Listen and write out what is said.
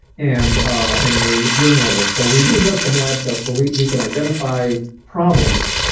and and in your urine levels. so, we do have some lab tests where we we can identify problems.